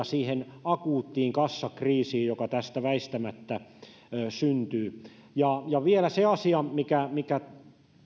siihen akuuttiin kassakriisiin joka tästä väistämättä syntyy vielä se asia mikä